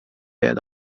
det